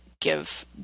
give